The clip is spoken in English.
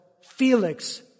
Felix